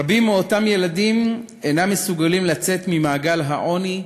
רבים מאותם ילדים אינם מסוגלים לצאת ממעגל העוני,